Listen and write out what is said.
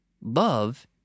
love